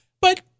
but